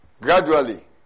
gradually